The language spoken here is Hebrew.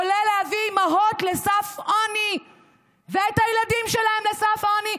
כולל להביא אימהות לסף עוני ואת הילדים שלהן לסף עוני.